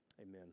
Amen